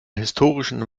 historischen